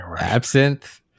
absinthe